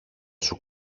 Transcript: σου